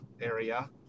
area